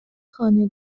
خانه